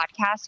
podcast